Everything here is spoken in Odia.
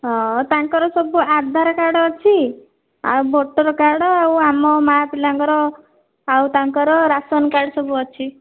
ହଁ ତାଙ୍କର ସବୁ ଆଧାର କାର୍ଡ଼୍ ଅଛି ଆଉ ଭୋଟର୍ କାର୍ଡ଼୍ ଆଉ ଆମ ମା' ପିଲାଙ୍କର ଆଉ ତାଙ୍କର ରାସନ୍ କାର୍ଡ଼୍ ସବୁ ଅଛି